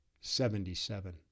seventy-seven